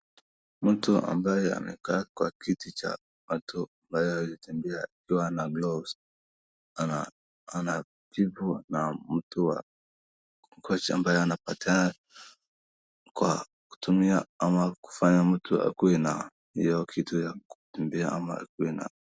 Mtu ambaye amekaa kwa kiti cha watu waliosiyotembea akiwa na gloves anachefu na mtu wa coach ambaye anapatiana kwa kutumia ama kufanya mtu akuwe na hiyo kitu ya kutembea ama akuwe na